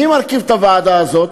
מי מרכיב את הוועדה הזאת?